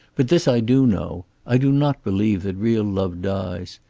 but this i do know. i do not believe that real love dies.